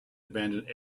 abandoned